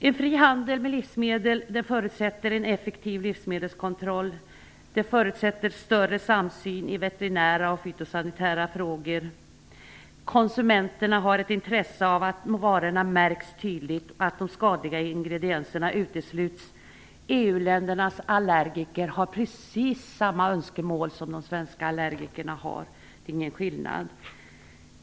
En fri handel med livsmedel förutsätter en effektiv livsmedelskontroll och en större samsyn i veterinära och fytosanitära frågor. Konsumenterna har ett intresse av att varorna märks tydligt och att de skadliga ingredienserna utesluts. EU-ländernas allergiker har precis samma önskemål som de svenska allergikerna har. Det är ingen skillnad.